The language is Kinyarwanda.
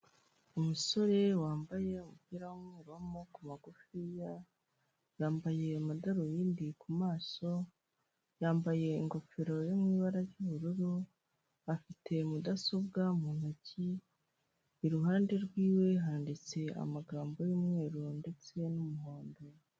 Umusore wambaye umupira w'umweru w'amaboko magufi, yambaye amadarubindi ku maso, yambaye ingofero yo mu ibara ry'ubururu, afite mudasobwa mu ntoki, iruhande rwiwe handitse amagambo y'umweru ndetse n'umuhondo.